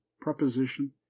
preposition